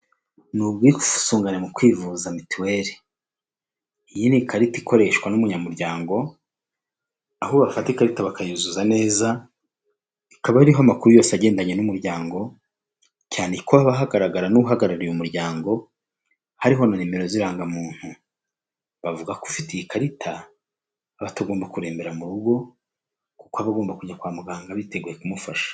Ni ubwisungane mu kwivuza mituweli iyi ni ikarita ikoreshwa n'umunyamuryango aho bafatati ikarita bakayuzuza neza, ikaba ariho amakuru yose agendanye n'umuryango cyane ko hagaragara n'uhagarariye umuryango hariho na nimero z'irangamuntu, bavuga ko ufite iyi karita aba atagomba kurembera murugo kuko aba agomba kujya kwa muganga biteguye kumufasha.